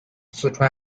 四川